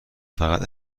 فقط